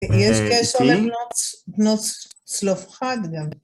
יש קשר לבנות צלופחד גם.